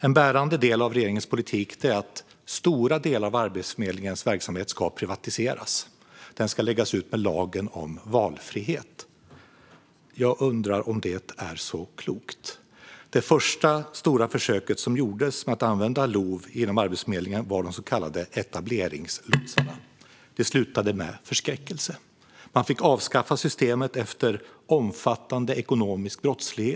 En bärande del av regeringens politik är att mycket av Arbetsförmedlingens verksamhet ska privatiseras; den ska läggas ut med lagen om valfrihet. Jag undrar om det är så klokt. Det första stora försök som gjordes med att använda LOV inom Arbetsförmedlingen var de så kallade etableringslotsarna. Det tog en ände med förskräckelse. Man fick avskaffa systemet efter omfattande ekonomisk brottslighet.